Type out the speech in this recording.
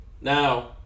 now